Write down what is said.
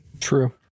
True